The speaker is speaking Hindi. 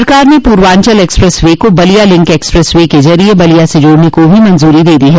सरकार ने पूर्वांचल एक्सप्रेस वे को बलिया लिंक एक्सप्रेस वे के जरिये बलिया से जोड़ने को भी मंजूरी दे दी है